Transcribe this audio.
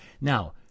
now